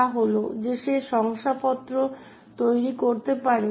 কারণ হচ্ছে এই ক্ষেত্রে অ্যানকে সিস্টেমে উপস্থিত প্রতিটি বস্তুর মধ্য দিয়ে যেতে হবে